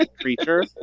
creature